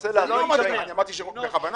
אמרתי שזה בכוונה?